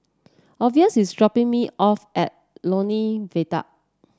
Orvis is dropping me off at Lornie Viaduct